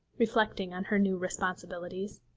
reflecting on her new responsibilities.